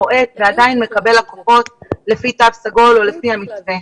בועט ועדיין מקבל לקוחות לפי תו סגול או לפי המתווה.